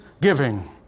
giving